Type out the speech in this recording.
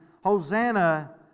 Hosanna